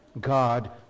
God